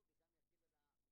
אז זה ממילא חל.